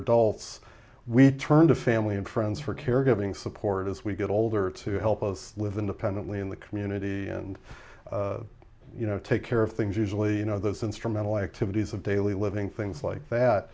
adults we turn to family and friends for caregiving support as we get older to help us live independently in the community and you know take care of things usually you know those instrumental activities of daily living things like that